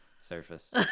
Surface